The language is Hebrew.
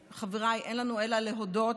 חבריי, אין לנו אלא להודות